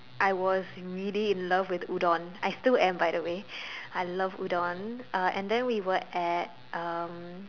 I was really in love with udon I still am by the way I love udon uh and then we were at um